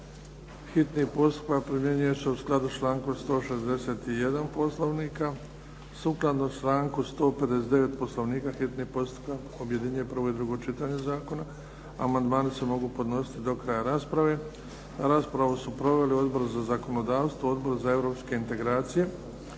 Hitni postupak primjenjuje se u skladu s člankom 161. Poslovnika. Sukladno članku 159. Poslovnika hitni postupak objedinjuje prvo i drugo čitanje zakona. Amandmani se mogu podnositi do kraja rasprave. Raspravu su proveli Odbor za zakonodavstvo, Odbor za europske integracije